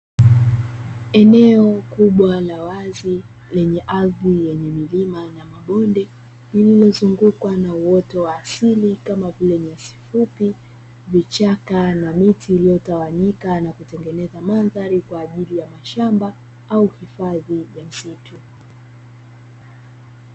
Eneo kubwa la wazi, lenye ardhi yenye mlima na mabonde, lililozungukwa na uoto wa asili, kama vile: nyasi fupi, vichaka na miti; iliyotawanyika na kutengeneza mandhari kwa ajili ya mashamba au hifadhi ya misitu.